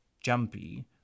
Jumpy